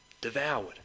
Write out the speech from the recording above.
devoured